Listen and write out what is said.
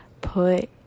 put